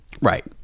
Right